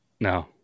No